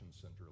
Center